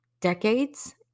decades